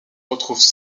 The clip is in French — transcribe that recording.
retrouvent